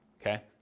okay